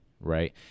right